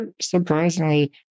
surprisingly